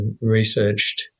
researched